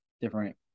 different